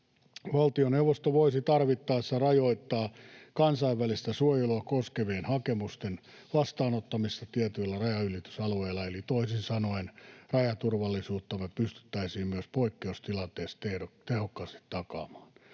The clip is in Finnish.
Valtioneuvosto voisi tarvittaessa rajoittaa kansainvälistä suojelua koskevien hakemusten vastaanottamista tietyillä rajanylitysalueilla, eli toisin sanoen rajaturvallisuutta me pystyttäisiin myös poikkeustilanteessa tehokkaasti takaamaan.